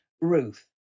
Ruth